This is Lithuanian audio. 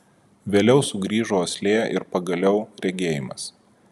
vėliau sugrįžo uoslė ir pagaliau regėjimas